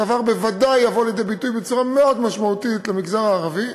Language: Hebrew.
הדבר בוודאי יבוא לידי ביטוי בצורה מאוד משמעותית במגזר הערבי.